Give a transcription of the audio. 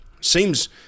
Seems